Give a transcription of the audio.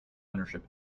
ownership